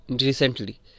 recently